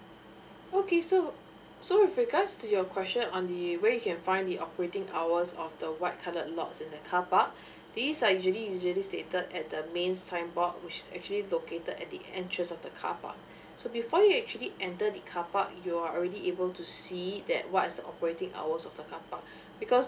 okay so so with regards to your question on the we can find the operating hours of the white colored lots in the car park these are usually usually stated at the main sign board which is actually located at the entrance of the car park so before you actually enter the car park you're already able to see that what is the operating hours of the carpark because